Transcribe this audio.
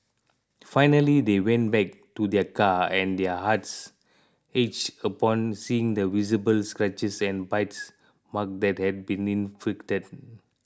finally they went back to their car and their hearts ached upon seeing the visible scratches and bite marks that had been inflicted